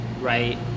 right